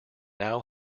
now